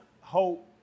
hope